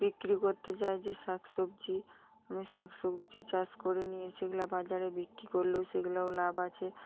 বিক্রি করতে চাই যে শাক সবজি আমি শাক সবজি চাষ করে নিয়ে সেগুলো বাজারে বিক্রি করলেও সেগুলোও লাভ আছে